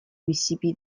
bizibide